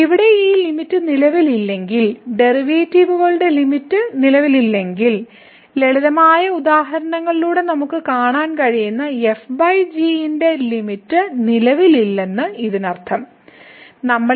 ഇവിടെ ഈ ലിമിറ്റ് നിലവിലില്ലെങ്കിൽ ഡെറിവേറ്റീവുകളുടെ ലിമിറ്റ് നിലവിലില്ലെങ്കിൽ ലളിതമായ ഉദാഹരണത്തിലൂടെ നമുക്ക് കാണാൻ കഴിയുന്ന f g ന്റെ ലിമിറ്റ് നിലവിലില്ലെന്ന് ഇതിനർത്ഥമില്ല